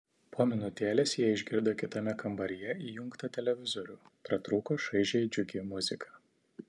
po minutėlės jie išgirdo kitame kambaryje įjungtą televizorių pratrūko šaižiai džiugi muzika